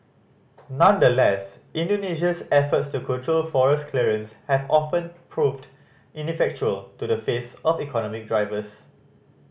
nonetheless Indonesia's efforts to control forest clearance have often proved ineffectual to the face of economic drivers